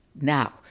Now